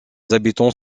habitants